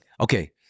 Okay